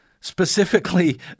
specifically